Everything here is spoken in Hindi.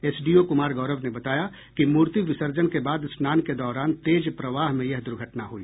एसडीओ कुमार गौरव ने बताया कि मूर्ति विर्सजन के बाद स्नान के दौरान तेज प्रवाह में यह दुर्घटना हुई